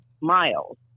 miles